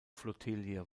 flottille